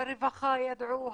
הרווחה ידעו,